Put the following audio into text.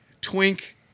twink